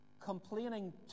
Complaining